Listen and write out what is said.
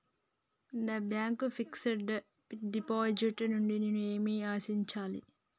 నా bank fixed deposit నుండి నేను ఏమి ఆశించాలి?